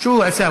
זה לא נקלט.